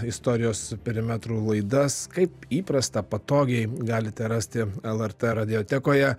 istorijos perimetrų laidas kaip įprasta patogiai galite rasti lrt radijotekoje